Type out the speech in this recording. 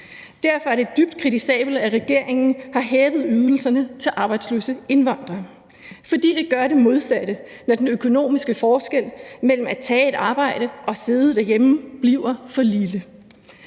Derfor er det dybt kritisabelt, at regeringen har hævet ydelserne til arbejdsløse indvandrere, for det gør det modsatte, når den økonomiske forskel mellem at tage et arbejde og sidde derhjemme bliver for lille.